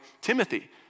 Timothy